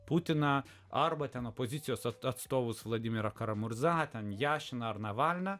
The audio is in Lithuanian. putiną arba ten opozicijos atstovus vladimirą karamurza ten jašiną ar navalną